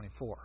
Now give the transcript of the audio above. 24